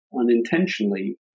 unintentionally